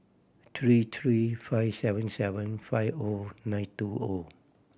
three three five seven seven five O nine two O